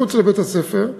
מחוץ לבית-הספר.